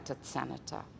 senator